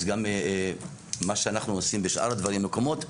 מה שאנחנו עושים בשאר המקומות,